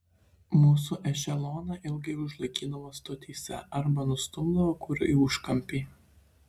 mūsų ešeloną ilgai užlaikydavo stotyse arba nustumdavo kur į užkampį